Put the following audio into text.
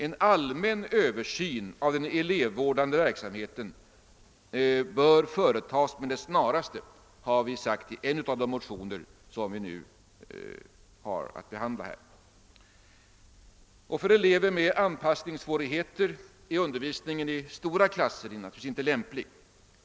En allmän översyn av den elevvårdande verksamheten bör företas med det snaraste, har vi sagt i en av de motioner som nu behandlas. För elever med anpassningssvårigheter är undervisning 1 stora klasser naturligtvis inte lämplig.